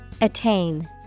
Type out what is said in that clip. Attain